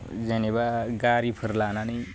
जेनेबा गारिफोर लानानै